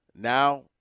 Now